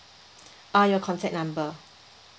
uh your contact number